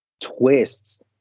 twists